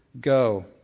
go